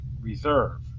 reserve